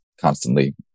Constantly